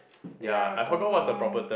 ya oh no